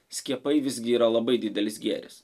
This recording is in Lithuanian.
skiepai visgi yra labai didelis gėris